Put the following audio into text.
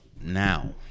now